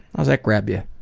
how's that grab you?